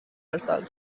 ارسال